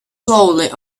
slowly